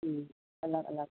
ꯎꯝ ꯑꯂꯛ ꯑꯂꯛ